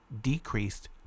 decreased